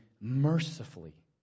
mercifully